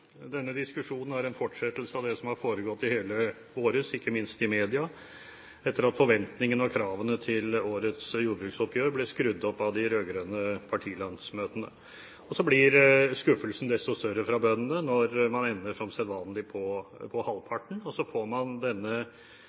en fortsettelse av det som har foregått i hele vår, ikke minst i media, etter at forventningene og kravene til årets jordbruksoppgjør ble skrudd opp av de rød-grønne partilandsmøtene. Så blir skuffelsen desto større fra bøndene når man ender, som sedvanlig, på halvparten. Så får man denne